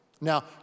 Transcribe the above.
Now